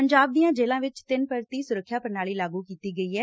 ਪੰਜਾਬ ਦੀਆ ਜੇਲੁਾ ਵਿਚ ਤਿੰਨ ਪਰਤੀ ਸੁਰੱਖਿਆ ਪ੍ਰਣਾਲੀ ਲਾਗੁ ਕੀਤੀ ਗਈ ਐ